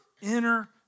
inner